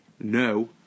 no